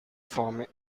forming